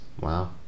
Wow